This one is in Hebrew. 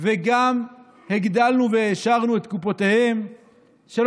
וגם הגדלנו והעשרנו את קופותיהם של